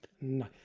No